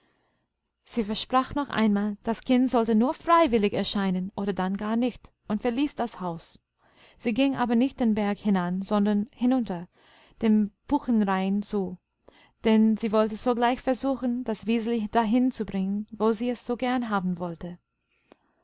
sie versprach noch einmal das kind sollte nur freiwillig erscheinen oder dann gar nicht und verließ das haus sie ging aber nicht den berg hinan sondern hinunter dem buchenrain zu denn sie wollte sogleich versuchen das wiseli dahin zu bringen wo sie es so gern haben wollte